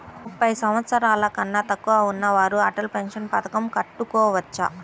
ముప్పై సంవత్సరాలకన్నా తక్కువ ఉన్నవారు అటల్ పెన్షన్ పథకం కట్టుకోవచ్చా?